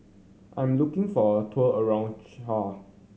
I'm looking for a tour around Chad